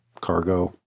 cargo